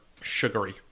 sugary